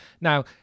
Now